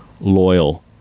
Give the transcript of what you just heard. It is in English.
loyal